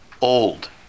old